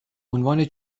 عنوان